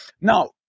Now